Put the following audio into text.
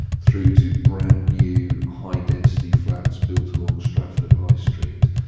through to brand new, high density flats built along stratford high street,